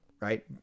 right